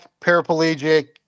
paraplegic